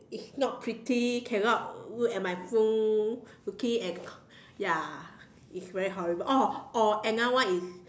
it's not pretty cannot look at my phone looking at ya it's very horrible orh or another one is